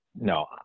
no